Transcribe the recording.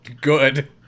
good